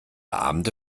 abende